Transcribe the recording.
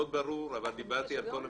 אתה מאוד ברור, אבל דיברתי על כל המשרד.